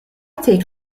take